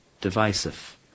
divisive